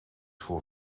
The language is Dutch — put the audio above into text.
voor